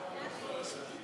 קבוצת